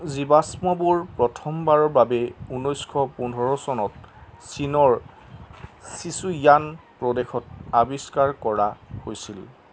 জীৱাশ্মবোৰ প্ৰথমবাৰৰ বাবে ঊনৈছশ পোন্ধৰ চনত চীনৰ ছিচুয়ান প্ৰদেশত আৱিষ্কাৰ কৰা হৈছিল